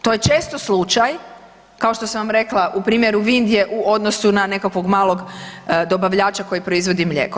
To je često slučaj kao što sam vam rekla u primjeru Vindije u odnosu na nekakvog malog dobavljača koji proizvodi mlijeko.